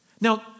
Now